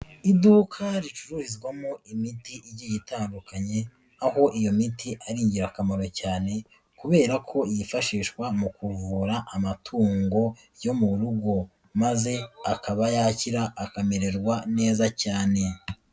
Iduka ricurizwamo imiti igiye itandukanye, aho iyo miti ari ingirakamaro cyane kubera ko yifashishwa mu kuvura amatungo yo murugo. Maze akaba yakira akamererwa neza cyane.